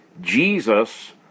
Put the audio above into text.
Jesus